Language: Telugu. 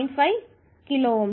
5 కిలోΩలు